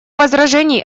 возражений